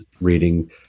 reading